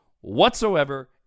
whatsoever